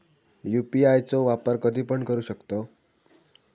UPI चो वापर कधीपण करू शकतव?